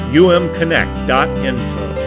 umconnect.info